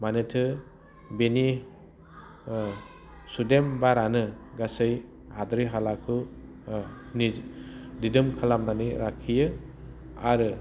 मानोना बेनि सुदेम बारानो गासै हाद्रि हालाखौ दिदोम खालामननानै लाखियो आरो